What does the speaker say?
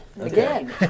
again